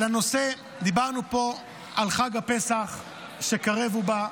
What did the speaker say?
דיברנו פה על חג הפסח שקרב ובא,